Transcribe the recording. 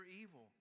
evil